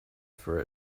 for